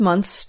MONTH'S